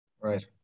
Right